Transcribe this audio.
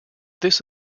this